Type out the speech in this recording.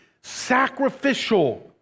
sacrificial